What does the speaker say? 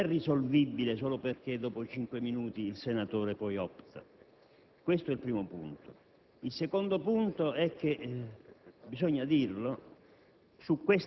che non è risolvibile solo perché dopo cinque minuti il senatore opta. Questo è il primo punto. Il secondo punto è che, bisogna dirlo,